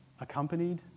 accompanied